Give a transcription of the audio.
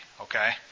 okay